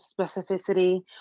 specificity